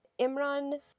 Imran